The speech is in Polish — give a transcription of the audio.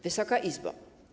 Wysoka Izbo!